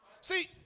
See